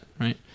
right